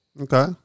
Okay